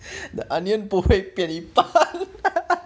the onion 不会变一半